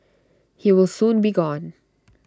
he will soon be gone